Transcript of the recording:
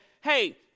hey